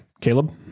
caleb